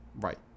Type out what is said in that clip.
Right